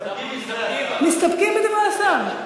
מסתפקים בתשובת השר.